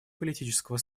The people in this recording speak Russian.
политического